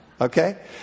Okay